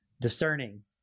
discerning